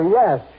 yes